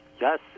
Yes